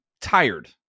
tired